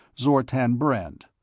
zortan brend,